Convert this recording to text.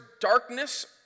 darkness